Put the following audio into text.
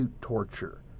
torture